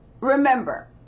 remember